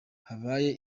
habaye